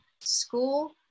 school